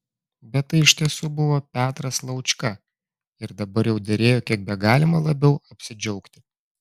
bet tai iš tiesų buvo petras laučka ir dabar jau derėjo kiek begalima labiau apsidžiaugti